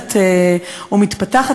שהולכת ומתפתחת.